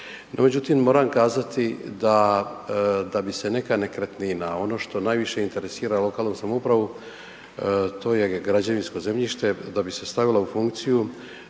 međutim, moram kazati da, da bi se neka nekretnina, ono što najviše interesira lokalnu samoupravu, to je građevinsko zemljište, da bi se stavilo u funkciju,